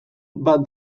bat